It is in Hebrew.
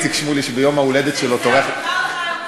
כשאני מכרתי דירות, אני חושב שאת עוד לא